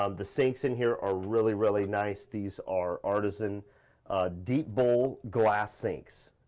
um the sinks in here are really, really nice, these are artisan deep bowl, glass sinks.